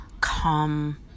come